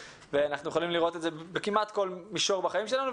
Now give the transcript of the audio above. ואנחנו יכולים לראות את זה כמעט בכל מישור בחיים שלנו,